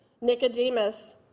nicodemus